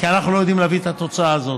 כי אנחנו לא יודעים להביא את התוצאה הזאת.